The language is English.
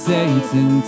Satan